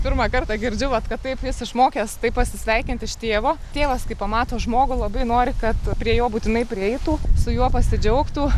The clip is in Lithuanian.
pirmą kartą girdžiu vat kad taip jis išmokęs taip pasisveikint iš tėvo tėvas kai pamato žmogų labai nori kad prie jo būtinai prieitų su juo pasidžiaugtų